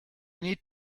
need